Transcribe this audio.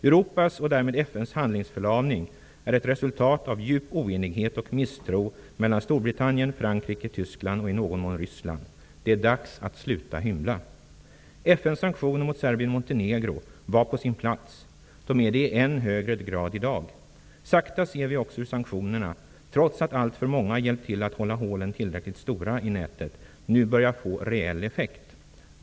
Europas och därmed FN:s handlingsförlamning är ett resultat av djup oenighet och misstro mellan Storbritannien, Frankrike, Tyskland och i någon mån Ryssland. Det är dags att sluta hymla. FN:s sanktioner mot Serbien-Montenegro var på sin plats. De är det i än högre grad i dag. Sakta ser vi också hur sanktionerna, trots att alltför många har hjälpt till att hålla hålen tillräckligt stora i nätet, nu börjar få reell effekt.